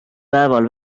päeval